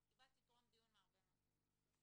אבל קיבלתי טרום דיון מהרבה מאוד גורמים.